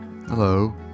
Hello